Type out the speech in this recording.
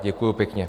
Děkuju pěkně.